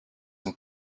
and